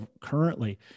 currently